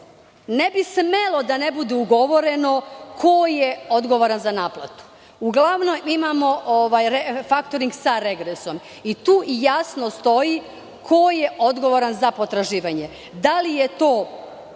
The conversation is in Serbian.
ne bi smelo da ne bude ugovoreno ko je odgovoran za naplatu. Uglavnom imamo faktoring sa regresom i tu jasno stoji ko je odgovoran za potraživanja, da li je to